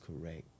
correct